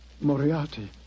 Moriarty